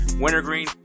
wintergreen